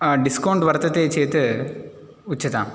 discount वर्तते चेत् उच्यताम्